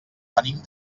venim